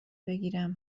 بگیرم